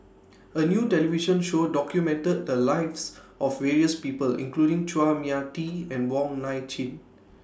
A New television Show documented The Lives of various People including Chua Mia Tee and Wong Nai Chin